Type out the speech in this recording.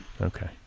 Okay